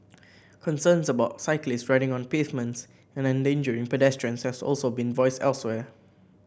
concerns about cyclists riding on pavements and endangering pedestrians have also been voiced elsewhere